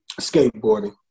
Skateboarding